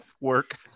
work